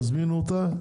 תזמינו אותה,